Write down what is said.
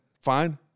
fine